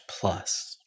Plus